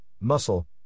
muscle